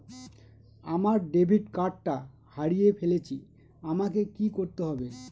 আমার ডেবিট কার্ডটা হারিয়ে ফেলেছি আমাকে কি করতে হবে?